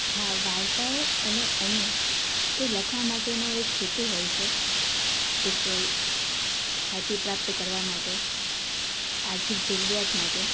હા વાર્તાઓ અને અન્ય એ લખવા માટેનો એક હેતુ હોય છે એક ખ્યાતિ પ્રાપ્ત કરવા માટે આર્થિક જરૂરિયાત માટે